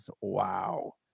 Wow